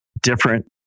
different